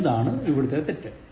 എന്താണ് ഇവിടുത്തെ തെറ്റ്